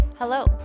Hello